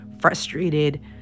frustrated